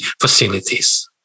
facilities